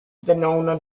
venona